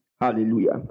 Hallelujah